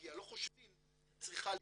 שפיברומיאלגיה צריכה להיכנס.